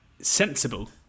sensible